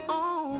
on